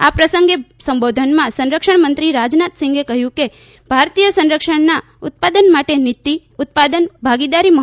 આ પ્રસંગે સંબોધનમાં સંરક્ષણમંત્રી રાજનાથસિંહે કહ્યું કે ભારતીય સંરક્ષણના ઉત્પાદન માટે નીતી ઉત્પાદન ભાગીદારી મહત્વના છે